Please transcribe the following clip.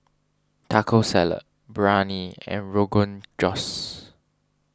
Taco Salad Biryani and Rogan Josh